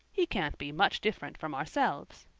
he can't be much different from ourselves.